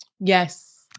Yes